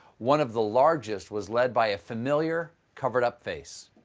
one of the largest was led by a familiar covered up face.